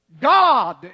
God